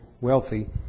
wealthy